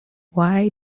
why